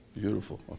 beautiful